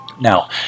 now